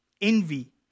envy